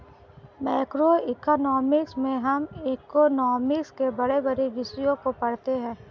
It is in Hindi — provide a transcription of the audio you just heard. मैक्रोइकॉनॉमिक्स में हम इकोनॉमिक्स के बड़े बड़े विषयों को पढ़ते हैं